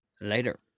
later